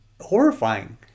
horrifying